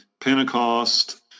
Pentecost